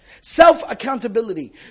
Self-accountability